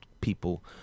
people